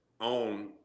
on